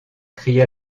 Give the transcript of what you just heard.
cria